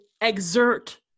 exert